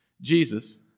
Jesus